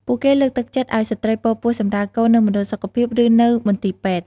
ពួកគេលើកទឹកចិត្តឱ្យស្ត្រីពរពោះសម្រាលកូននៅមណ្ឌលសុខភាព ឬនៅមន្ទីរពេទ្យ។